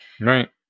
Right